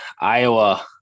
Iowa